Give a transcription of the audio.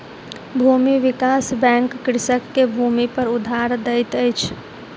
भूमि विकास बैंक कृषक के भूमिपर उधार दैत अछि